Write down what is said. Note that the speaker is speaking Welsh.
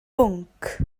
bwnc